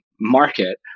market